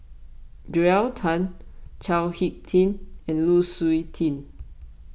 Joel Tan Chao Hick Tin and Lu Suitin